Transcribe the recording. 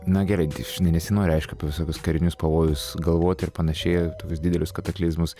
na gerai žinai nesinori aišku apie visokius karinius pavojus galvoti ir panašiai tokius didelius kataklizmus